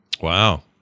Wow